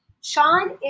Sean